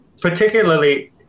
particularly